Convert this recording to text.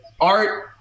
art